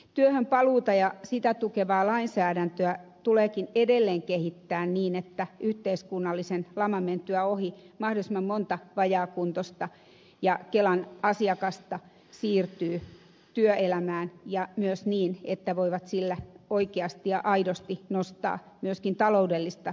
työhön paluuta ja sitä tukevaa lainsäädäntöä tuleekin edelleen kehittää niin että yhteiskunnallisen laman mentyä ohi mahdollisimman monta vajaakuntoista ja kelan asiakasta siirtyy työelämään ja myös niin että voivat sillä oikeasti ja aidosti nostaa myöskin taloudellista elintasoaan